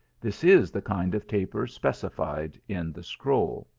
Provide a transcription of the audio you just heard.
this is the kind of taper specified in the scroll.